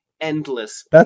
endless